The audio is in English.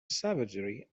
savagery